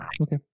Okay